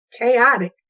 chaotic